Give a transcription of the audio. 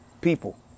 people